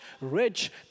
rich